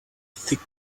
thick